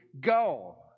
Go